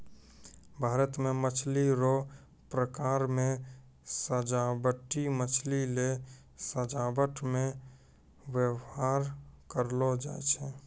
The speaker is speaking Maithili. भारत मे मछली रो प्रकार मे सजाबटी मछली जे सजाबट मे व्यवहार करलो जाय छै